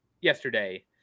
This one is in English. yesterday